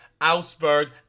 Augsburg